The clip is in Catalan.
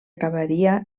acabaria